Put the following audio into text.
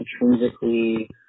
intrinsically